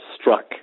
struck